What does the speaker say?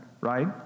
Right